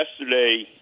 yesterday